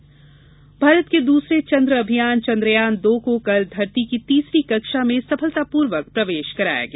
चन्द्रयान भारत के दूसरे चंद्र अभियान चंद्रयान दो को कल धरती की तीसरी कक्षा में सफलतापूर्वक प्रवेश कराया गया